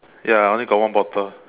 ya I only got one bottle